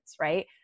right